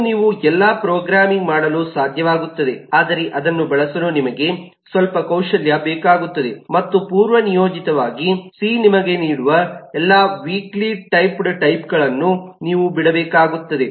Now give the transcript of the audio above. ಇನ್ನೂ ನೀವು ಎಲ್ಲಾ ಪ್ರೋಗ್ರಾಮಿಂಗ್ ಮಾಡಲು ಸಾಧ್ಯವಾಗುತ್ತದೆ ಆದರೆ ಅದನ್ನು ಬಳಸಲು ನಿಮಗೆ ಸ್ವಲ್ಪ ಕೌಶಲ್ಯ ಬೇಕಾಗುತ್ತದೆ ಮತ್ತು ಪೂರ್ವನಿಯೋಜಿತವಾಗಿ ಸಿ ನಿಮಗೆ ನೀಡುವ ಎಲ್ಲಾ ವೀಕ್ಲಿಟೈಪ್ಡ್ ಟೈಪ್ಗಳನ್ನು ನೀವು ಬಿಡಬೇಕಾಗುತ್ತದೆ